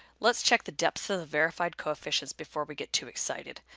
let's check the depths of the verified coefficients before we get too excited.